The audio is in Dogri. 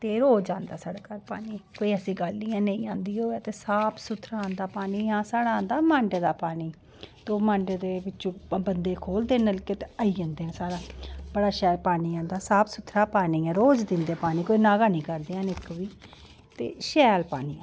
ते रोज आंदा साढ़ै घर पानी कोई ऐसी गल्ल नेईं ऐ ते साफ सूथरा आंदा ते साढ़ै आंदा मांडे दा पानी ते मांडे दे बिचू बंदे खोलदे नलके ते आई जंदा पानी बढा शैल आंदा रोज दिंदे पानी कोई नागा निं करदे इक बी ते शैल पानी आंदा